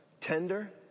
tender